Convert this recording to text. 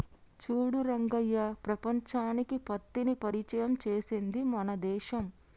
చూడు రంగయ్య ప్రపంచానికి పత్తిని పరిచయం చేసింది మన దేశం